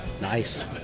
Nice